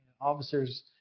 Officers